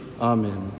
amen